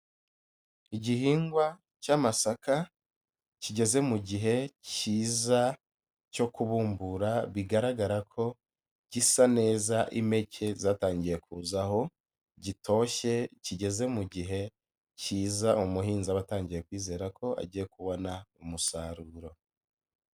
Igihingwa cy'amasaka kigeze mu gihe kiyiza cyo kubumbura, bigaragara ko gisa neza impeke zatangiye kuza, aho gitoshye kigeze mu gihe kiza, umuhinzi aba atangiye kwizera ko agiye kubona umusaruro.